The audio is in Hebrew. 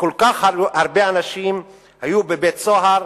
שכל כך הרבה אנשים היו בבית-סוהר